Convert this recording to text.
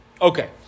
Okay